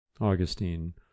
Augustine